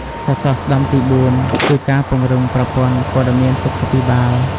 សសរស្តម្ភទី៤គឺការពង្រឹងប្រព័ន្ធព័ត៌មានសុខាភិបាល។